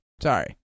sorry